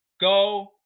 Go